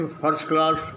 first-class